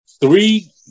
three